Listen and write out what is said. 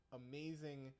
amazing